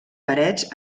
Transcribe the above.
parets